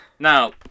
Now